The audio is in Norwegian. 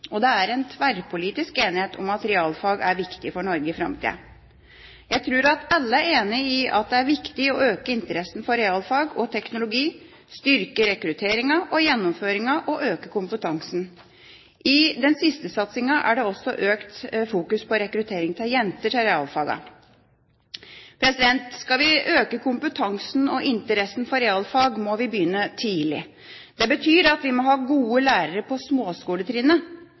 Det er en tverrpolitisk enighet om at realfag er viktig for Norge i framtida. Jeg tror at alle er enige i at det er viktig å øke interessen for realfag og teknologi, styrke rekrutteringen og gjennomføringen og øke kompetansen. I den siste satsingen er det også mer fokus på økt rekruttering av jenter til realfagene. Skal vi øke kompetansen og interessen for realfag, må vi begynne tidlig. Det betyr at vi må ha gode lærere på småskoletrinnet.